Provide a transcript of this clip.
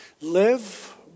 live